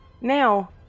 Now